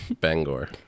Bangor